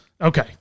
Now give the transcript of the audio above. Okay